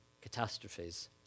catastrophes